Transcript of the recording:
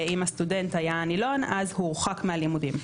ואם הסטודנט היה הנילון הוא הורחק מהלימודים.